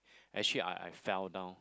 actually I I fell down